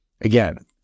Again